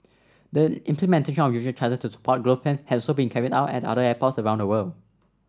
the implementation of user charge to support growth plans has also been carried out at other airports around the world